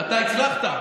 אתה הצלחת.